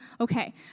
okay